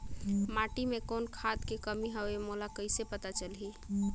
माटी मे कौन खाद के कमी हवे मोला कइसे पता चलही?